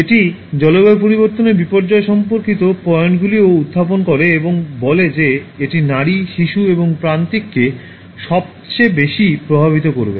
এটি জলবায়ু পরিবর্তন বিপর্যয় সম্পর্কিত পয়েন্টগুলিও উত্থাপন করে এবং বলে যে এটি নারী শিশু এবং প্রান্তিককে সবচেয়ে বেশি প্রভাবিত করবে